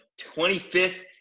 25th